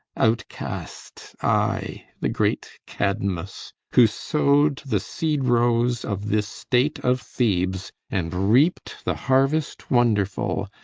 outcast, i, the great cadmus, who sowed the seed-rows of this state of thebes, and reaped the harvest wonderful.